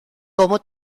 como